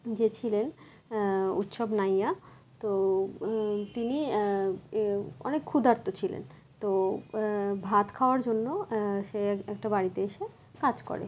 যে ছিলেন উচ্ছব নাইয়া তো তিনি অনেক ক্ষুধার্ত ছিলেন তো ভাত খাওয়ার জন্য সে একটা বাড়িতে এসে কাজ করে